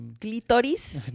Clitoris